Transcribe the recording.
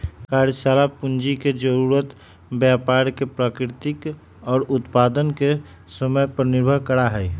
कार्यशाला पूंजी के जरूरत व्यापार के प्रकृति और उत्पादन के समय पर निर्भर करा हई